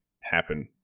happen